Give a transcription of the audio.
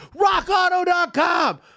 Rockauto.com